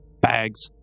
bags